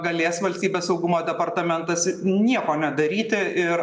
galės valstybės saugumo departamentas nieko nedaryti ir